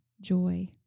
joy